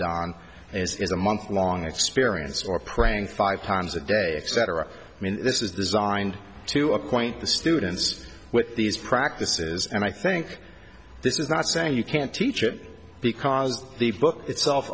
n is a month long experience or praying five times a day if cetera i mean this is designed to appoint the students with these practices and i think this is not saying you can't teach it because the book itself